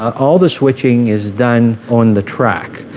all the switching is done on the track.